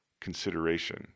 consideration